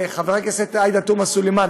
חברת הכנסת עאידה תומא סלימאן,